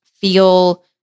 feel